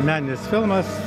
meninis filmas